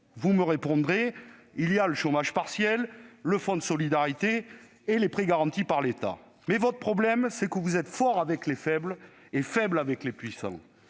Vous me répondrez qu'il y a le chômage partiel, le fonds de solidarité et les prêts garantis par l'État, mais le problème, c'est que le Gouvernement est fort avec les faibles et faible avec les puissants.